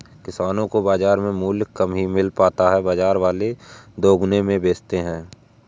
किसानो को बाजार में मूल्य कम ही मिल पाता है बाजार वाले दुगुने में बेचते है